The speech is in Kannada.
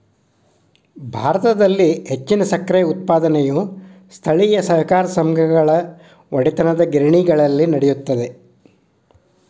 ಭಾರತದಲ್ಲಿ ಹೆಚ್ಚಿನ ಸಕ್ಕರೆ ಉತ್ಪಾದನೆಯು ಸ್ಥಳೇಯ ಸಹಕಾರ ಸಂಘಗಳ ಒಡೆತನದಗಿರಣಿಗಳಲ್ಲಿ ನಡೆಯುತ್ತದೆ